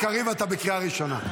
חבר הכנסת גלעד קריב, אתה בקריאה ראשונה.